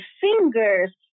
fingers